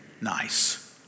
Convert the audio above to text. nice